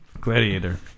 Gladiator